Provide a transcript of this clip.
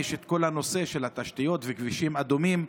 יש את כל הנושא של התשתיות וכבישים אדומים,